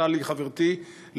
טלי חברתי,